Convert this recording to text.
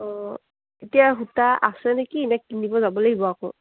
অঁ এতিয়া সূতা আছে নেকি এনেই কিনিব যাব লাগিব আকৌ